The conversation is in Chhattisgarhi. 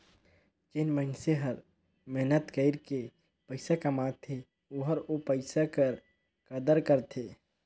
जेन मइनसे हर मेहनत कइर के पइसा कमाथे ओहर ओ पइसा कर कदर करथे